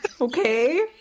Okay